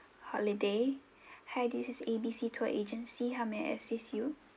holiday hi this is A B C tour agency how may I assist you